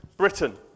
Britain